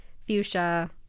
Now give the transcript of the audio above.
fuchsia